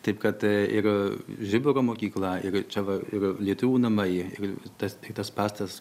taip kad ir žiburio mokykla ir čia va ir lietuvių namai ir tas tas pastatas